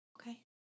Okay